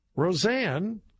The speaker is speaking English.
Roseanne